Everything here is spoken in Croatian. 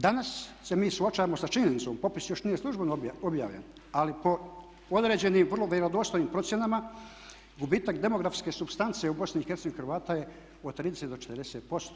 Danas se mi suočavamo sa činjenicom, popis još nije službeno objavljen, ali po određenim vrlo vjerodostojnim procjenama gubitak demografske supstance u BiH Hrvata je od 30 do 40%